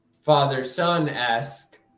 father-son-esque